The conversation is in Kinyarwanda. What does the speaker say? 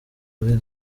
kuri